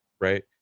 Right